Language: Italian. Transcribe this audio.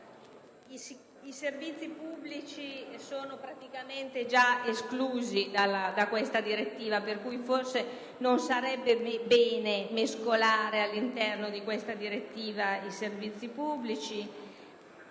i servizi pubblici sono praticamente già esclusi da questa direttiva, per cui forse non sarebbe bene farli rientrare all'interno di questa direttiva. Per quanto